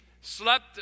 slept